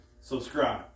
subscribe